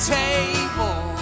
table